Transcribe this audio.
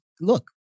look